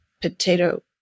potato